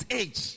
age